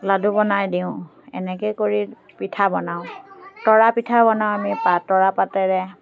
লাডু বনাই দিওঁ এনেকৈ কৰি পিঠা বনাওঁ তৰাপিঠা বনাওঁ আমি পা তৰা পাতেৰে